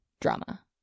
drama